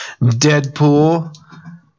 Deadpool